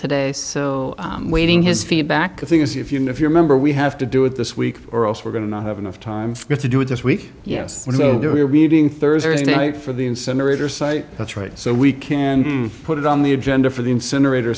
today so i'm waiting his feedback i think is if you know if you remember we have to do it this week or else we're going to not have enough time to do it this week yes so there we were meeting thursday night for the incinerator site that's right so we can put it on the agenda for the incinerator